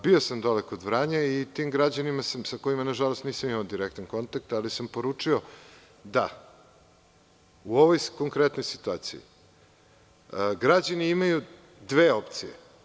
Bio sam dole kod Vranja i tim građanima sam, sa kojima nažalost nisam imao direktan kontakt, ali sam poručio da u ovoj konkretnoj situaciji građani imaju dve opcije.